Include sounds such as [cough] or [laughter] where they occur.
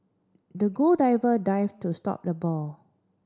the [unintelligible] dived to stop the ball